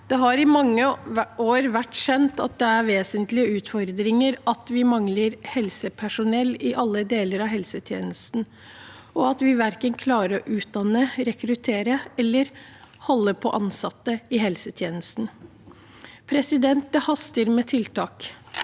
Det har i mange år vært kjent at det er en vesentlig utfordring at vi mangler helsepersonell i alle deler av helsetjenesten, og at vi verken klarer å utdanne, rekruttere eller holde på ansatte i helsetjenesten. Det haster med tiltak,